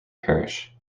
parish